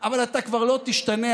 אבל אתה כבר לא תשתנה.